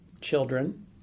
children